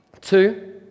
Two